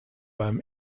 beim